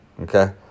Okay